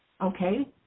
Okay